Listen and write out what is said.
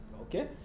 Okay